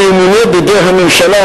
שימונה בידי הממשלה,